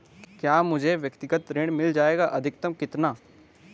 क्या मुझे व्यक्तिगत ऋण मिल जायेगा अधिकतम कितना?